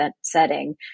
setting